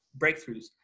breakthroughs